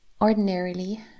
ordinarily